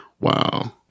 Wow